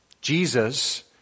Jesus